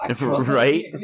right